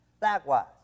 likewise